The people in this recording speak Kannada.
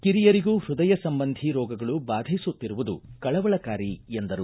ಕಿರಿಯರಿಗೂ ಹೃದಯ ಸಂಬಂಧಿ ರೋಗಗಳು ಬಾಧಿಸುತ್ತಿರುವುದು ಕಳವಳಕಾರಿ ಎಂದರು